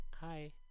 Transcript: Hi